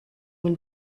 when